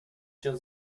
się